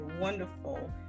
wonderful